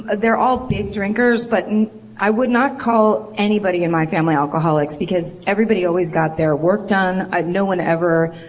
ah they're all big drinkers but i would not call anybody in my family alcoholics because everybody always got their work done, no one ever.